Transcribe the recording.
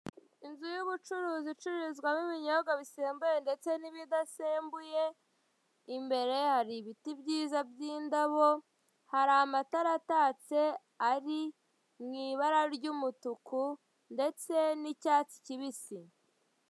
Inzu y'ubucuruzi icururizwamo ibinyobwa bisembuye n'ibidasembuye, imbere yayo, hari ibitii byiza by'indano hari amatara atatse ari mu ibara ry'umutuku ndetse n'cyatsi kibisi.